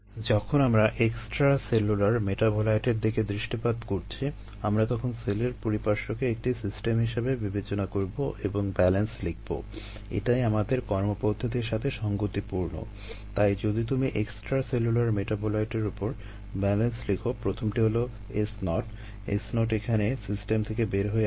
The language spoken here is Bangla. যখন আমরা এক্সট্রাসেলুলার S0 এখানে সিস্টেম থেকে বের হয়ে আসছে